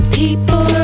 people